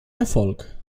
erfolg